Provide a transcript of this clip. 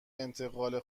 انتقال